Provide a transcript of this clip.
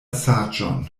saĝon